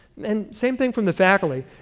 and same thing from the faculty.